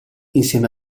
insieme